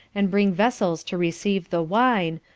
and bring vessels to receive the wine,